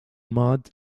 mud